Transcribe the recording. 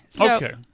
Okay